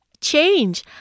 change